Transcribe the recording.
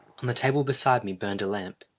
on the table beside me burned a lamp,